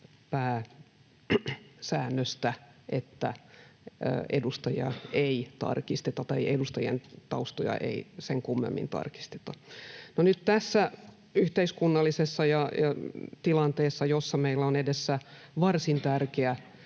pääsäännöstä, että edustajien taustoja ei sen kummemmin tarkisteta. No, nyt tässä yhteiskunnallisessa tilanteessa meillä on edessä varsin tärkeä